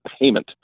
payment